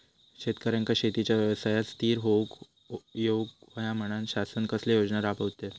शेतकऱ्यांका शेतीच्या व्यवसायात स्थिर होवुक येऊक होया म्हणान शासन कसले योजना राबयता?